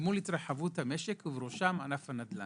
אל מול התרחבות המשק ובראשם ענף הנדל"ן.